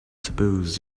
suppose